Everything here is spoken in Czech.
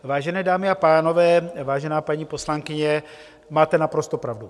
Vážené dámy a pánové, vážená paní poslankyně, máte naprosto pravdu.